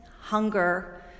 hunger